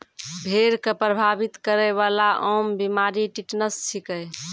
भेड़ क प्रभावित करै वाला आम बीमारी टिटनस छिकै